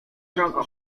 drogą